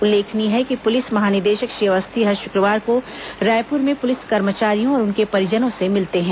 उल्लेखनीय है कि पुलिस महानिदेशक श्री अवस्थी हर शुक्रवार को रायपुर में पुलिस कर्मचारियों और उनके परिजनों से मिलते हैं